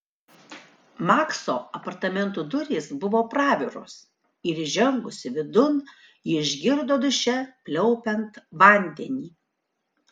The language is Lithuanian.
makso apartamentų durys buvo praviros ir įžengusi vidun ji išgirdo duše pliaupiant vandenį